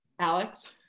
Alex